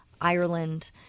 Ireland